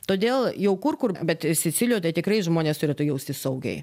todėl jau kur kur bet sicilijoj tai tikrai žmonės turėtų jaustis saugiai